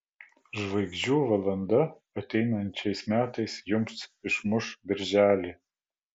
žvaigždžių valanda ateinančiais metais jums išmuš birželį